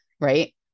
right